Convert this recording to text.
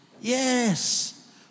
Yes